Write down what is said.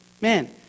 Man